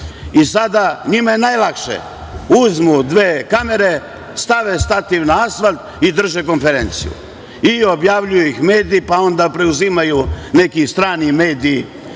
Sada, njima je najlakše uzmu dve kamere stave stativ na asfalt i drže konferenciju i objavljuju ih mediji, pa onda preuzimaju neki strani mediji